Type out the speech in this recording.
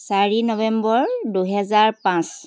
চাৰি নৱেম্বৰ দুহেজাৰ পাঁচ